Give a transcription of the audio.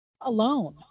alone